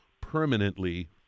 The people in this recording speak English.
permanently